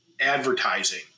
advertising